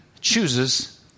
chooses